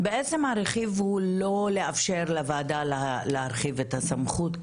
בעצם הרחיב הוא לא לאפשר לוועדה להרחיב את הסמכות,